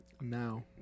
now